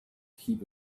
keep